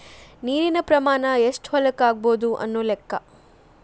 ನೇರಿನ ಪ್ರಮಾಣಾ ಎಷ್ಟ ಹೊಲಕ್ಕ ಆಗಬಹುದು ಅನ್ನು ಲೆಕ್ಕಾ